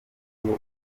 nguwo